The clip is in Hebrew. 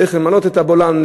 צריך למלא את ה"בולען",